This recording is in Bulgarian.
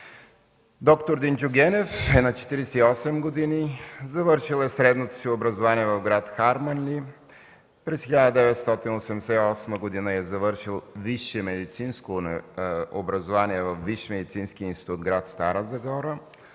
Доктор Динчо Генев е на 48 години. Завършил е средното си образование в град Харманли. През 1988 г. е завършил висше медицинско образование във Висшия медицински институт – гр. Стара Загора.